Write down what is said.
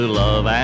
love